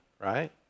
right